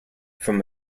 from